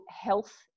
health